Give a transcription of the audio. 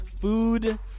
food